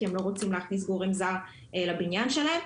כי הם לא רוצים להכניס גורם זר לבניין שלהם.